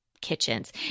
kitchens